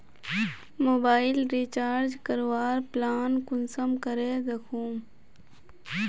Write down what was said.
Mobile recharge करवार plan कुंसम करे दखुम?